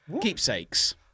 Keepsakes